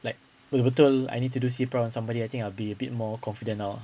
like betul betul I need to do C_P_R on somebody I think I'd be a bit more confident now